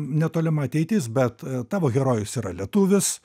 netolima ateitis bet tavo herojus yra lietuvis